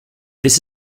this